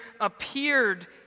appeared